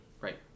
Right